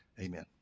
amen